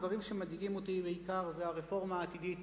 הדברים שמדאיגים אותי בעיקר הם הרפורמה העתידית